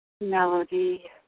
Melody